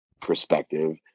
perspective